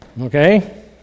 Okay